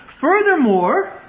Furthermore